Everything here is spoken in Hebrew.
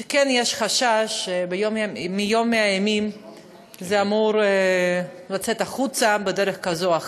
שכן יש חשש שביום מן הימים זה אמור לצאת החוצה בדרך כזו או אחרת.